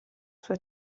sua